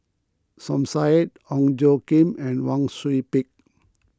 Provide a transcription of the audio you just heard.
Som Said Ong Tjoe Kim and Wang Sui Pick